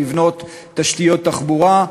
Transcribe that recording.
לבנות תשתיות תחבורה,